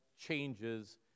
changes